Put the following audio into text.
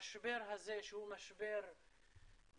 המשבר הזה שהוא משבר אמיתי,